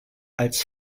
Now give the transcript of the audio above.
als